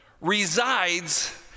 resides